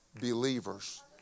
believers